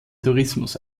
tourismus